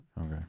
Okay